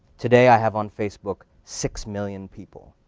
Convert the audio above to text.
today i have on facebook, six million people.